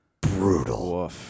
brutal